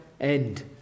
end